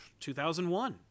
2001